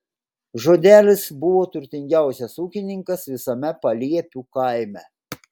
žodelis buvo turtingiausias ūkininkas visame paliepių kaime